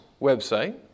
website